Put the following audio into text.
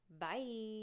Bye